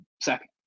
second